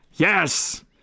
Yes